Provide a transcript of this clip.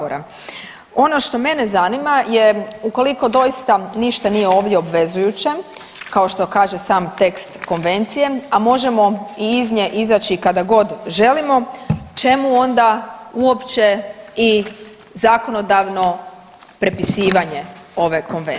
Ono što mene zanima je ukoliko doista ništa nije ovdje obvezujuće kao što kaže sam tekst konvencije, a možemo i iz nje izaći kada god želimo, čemu onda uopće i zakonodavno prepisivanje ove konvencije?